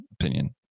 opinion